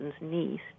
niece